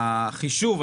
החישוב,